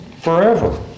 Forever